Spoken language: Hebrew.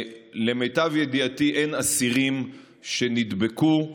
למיטב ידיעתי אין אסירים שנדבקו.